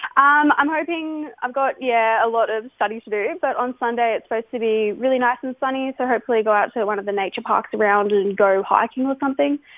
um i'm hoping i've got, yeah, a lot of study to do. but on sunday, it's supposed to be really nice and sunny, so hopefully go out to one of the nature parks around and and go hiking or something.